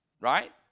right